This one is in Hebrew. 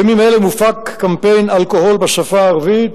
בימים אלה מופק "קמפיין אלכוהול" בשפה הערבית,